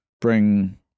bring